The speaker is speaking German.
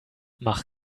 mach